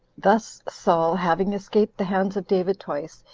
thus saul having escaped the hands of david twice,